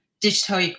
digital